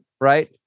right